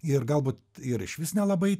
ir galbūt ir išvis nelabai